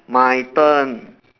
my turn